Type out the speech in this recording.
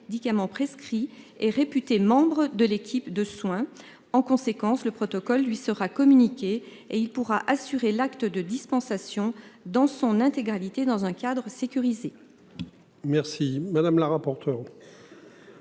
médicaments prescrits et réputé, membre de l'équipe de soins en conséquence le protocole lui sera communiqué et il pourra assurer l'acte de dispensation dans son intégralité dans un cadre sécurisé.